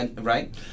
right